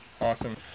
Awesome